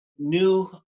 New